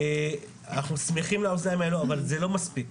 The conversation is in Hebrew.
אנחנו שמחים לאוזניים האלו, אבל זה לא מספיק.